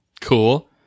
Cool